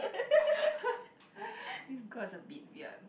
this girl's a bit weird